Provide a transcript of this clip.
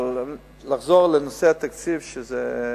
אבל לחזור לנושא התקציב, שזה חשוב,